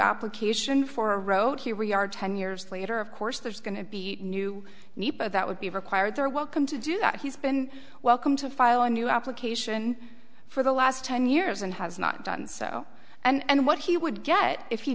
application for a road here we are ten years later of course there's going to be new need that would be required they're welcome to do that he's been welcome to file a new application for the last ten years and has not done so and what he would get if he